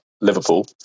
Liverpool